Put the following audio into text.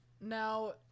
Now